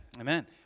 Amen